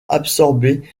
absorber